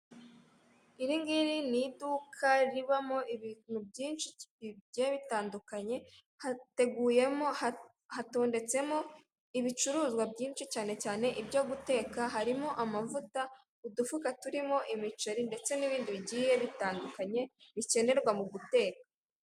Iri ngiri ni iduka ribamo ibintu byinshi cyane bigiye bitandukanye hateguyemo hatondetsemo, ibicuruzwa byinshi cyane cyane ibyo guteka, harimo amavuta, udufuka, turimo imiceri, ndetse n'ibindi bigiye bitandukanye bikenerwa mu guteka.